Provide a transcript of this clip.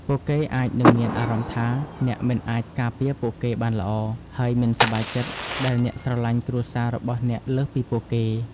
ពួកគេអាចនឹងមានអារម្មណ៍ថា អ្នកមិនអាចការពារពួកគេបានល្អ ហើយមិនសប្បាយចិត្តដែលអ្នកស្រលាញ់គ្រួសាររបស់អ្នកលើសពីពួកគេ។